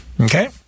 Okay